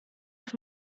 auf